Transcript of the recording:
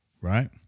right